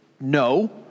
no